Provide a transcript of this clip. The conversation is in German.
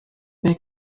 wer